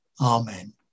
Amen